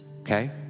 Okay